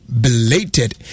belated